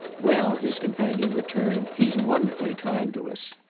well, his companion returned, he's wonderfully kind to us.